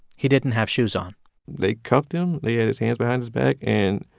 he didn't have shoes on they cuffed him. they had his hands behind his back, and